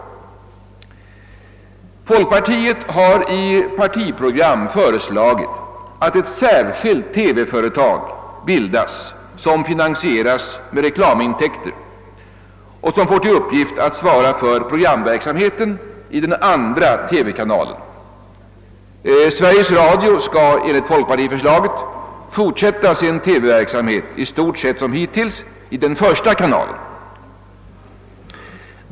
Folkpartiet har i sitt partiprogram föreslagit att ett särskilt TV-företag bildas som finansieras med reklamintäkter och som får till uppgift att svara för programverksamheten i den andra TV-kanalen. Sveriges Radio skall enligt folkpartiförslaget fortsätta sin TV verksamhet i stort sett som hittills i den första kanalen.